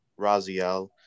Raziel